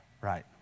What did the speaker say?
Right